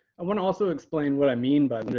i want to also explain what i mean by but